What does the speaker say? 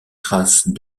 traces